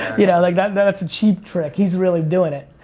you know, like, that's that's a cheap trick. he's really doing it.